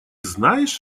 знаешь